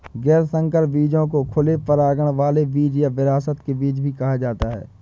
गैर संकर बीजों को खुले परागण वाले बीज या विरासत के बीज भी कहा जाता है